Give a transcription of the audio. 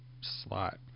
slot